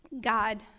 God